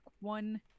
one